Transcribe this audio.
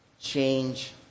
change